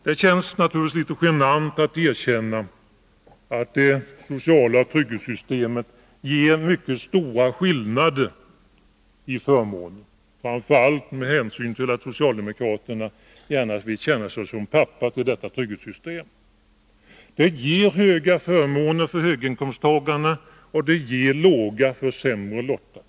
Det känns naturligtvis litet genant att erkänna att det sociala trygghetssystemet ger mycket stora skillnader i förmåner — framför allt med hänsyn till att det socialdemokratiska partiet gärna vill känna sig som pappa till detta trygghetssystem. Det ger stora Nr 49 förmåner för höginkomsttagarna och låga för de sämre lottade.